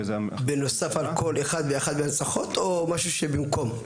משהו שבמקום?